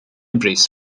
brys